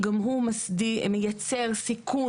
כן יש חוות דעת כלשהי על פוטנציאל הסיכון.